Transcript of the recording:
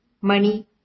money